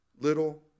little